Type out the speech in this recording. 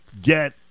get